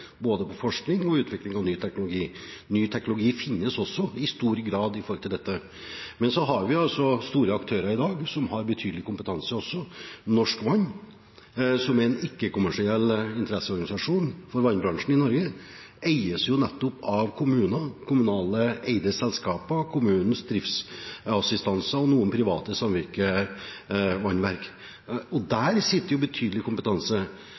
både på forskning og på utvikling av ny teknologi. Ny teknologi finnes også i stor grad når det gjelder dette, men så har vi altså store aktører i dag som har betydelig kompetanse også. Norsk Vann, som er en ikke-kommersiell interesseorganisasjon for vannbransjen i Norge, eies nettopp av kommuner, kommunalt eide selskaper, kommunens driftsassistanser og noen private samvirkevannverk, og der sitter det betydelig kompetanse.